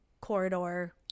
corridor